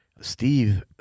Steve